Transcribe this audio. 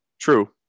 True